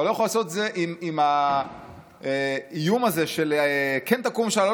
אתה לא יכול לעשות את זה עם האיום הזה של כן תקום ממשלה,